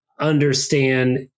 understand